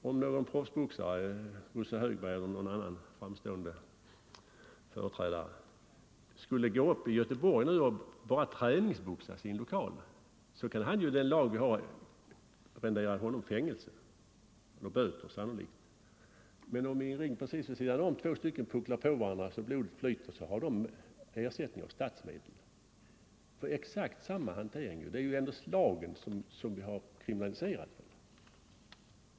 Om en proffsboxare, Bosse Högberg eller någon annan framstående företrädare, skulle träningsboxas i en lokal kan det med den lag vi har rendera honom fängelse eller böter. Men om två stycken i en ring vid sidan om pucklar på varandra så att blodet flyter har de ersättning av statsmedlen; för exakt samma hantering. Det är ändå slagen som vi har kriminaliserat.